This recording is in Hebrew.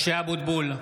(קורא בשמות חברי הכנסת) משה אבוטבול,